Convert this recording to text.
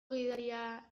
gidaria